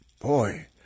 Boy